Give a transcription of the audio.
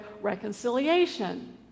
reconciliation